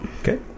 Okay